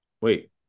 wait